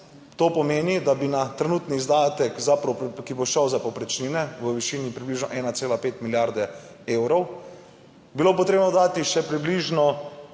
to pomeni, da bi na trenutni izdatek, ki bo šel za povprečnine, v višini približno 1,5 milijarde evrov bilo potrebno dodati še približno